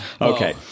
Okay